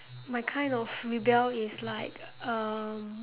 my kind of rebel is like um